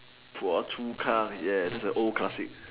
Phua-Chu-Kang yes that's an old classic